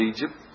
Egypt